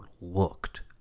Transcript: looked